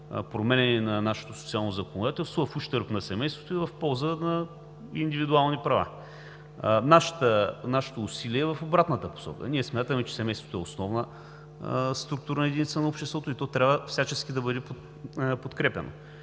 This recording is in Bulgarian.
променяне на нашето социално законодателство в ущърб на семейството и в полза на индивидуални права. Нашето усилие е в обратната посока. Ние смятаме, че семейството е основна структурна единица на обществото и то трябва всячески да бъде подкрепяно.